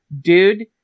Dude